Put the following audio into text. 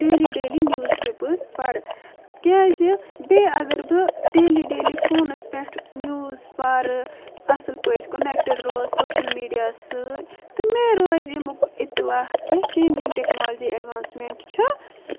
daily daily news papers پر کیازِ بیٚیہ اگر بہٕ ڈیلی ڈیلی فونس پٮ۪ٹھ نِوٕز پَرٕ اصٕل پٲٹھی کنیٚکٹڑ روزٕ سوشل میڑیا ہس سۭتۍ تہٕ مےٚ روزِ امُیک اطلاع کہِ چینجگ ٹیکنالجی ایٚڈوانٕسمیٚنٹ چھ